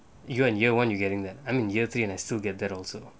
you're in year one you getting that I'm in year three and I still get that also